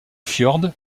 fjord